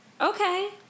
okay